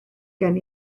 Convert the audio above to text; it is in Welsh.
gen